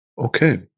Okay